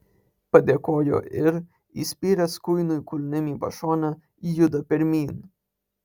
padėkojo ir įspyręs kuinui kulnim į pašonę juda pirmyn